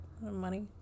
Money